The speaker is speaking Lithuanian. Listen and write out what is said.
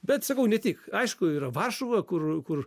bet sakau ne tik aišku yra varšuva kur kur